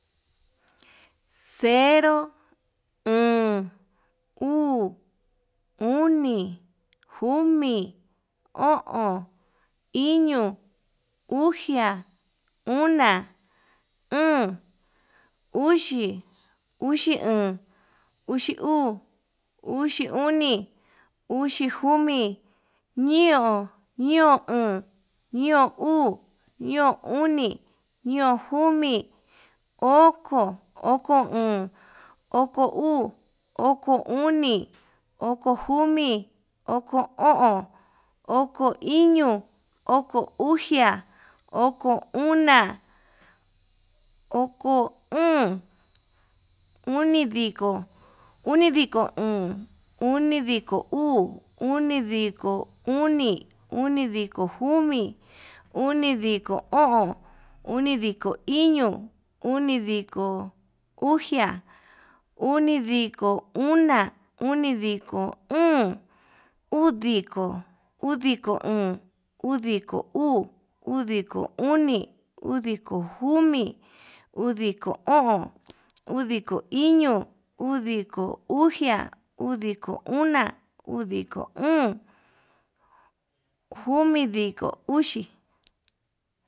Cero, oon, uu, oni, komi, o'on, iño, uxia, ona, óón, uxi, uxi oon, uxi uu, uxi oni, uxo komi, ñeon, ñeon oo, ñeon uu, ñeon uni, ñeon komi, oko, oko oon, oko uu, oko oni, oko komi, oko o'on, oko iño, oko uxia, oko ona, oko óón, unidiko, unido oon, unidiko uu, unidiko oni, unidiko komi, unidiko o'on, unidiko iño, unidiko uxia, unidiko ona, unidiko óón, udiko, udiko oon, udiko uu, udiko oni, udiko komi, udiko o'on, udiko iño, udiko uxia, udiko ona, udiko óón, komidiko uxi.